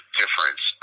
difference